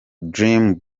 dream